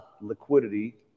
liquidity